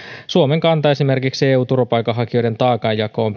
esimerkiksi eu turvapaikanhakijoiden taakanjakoon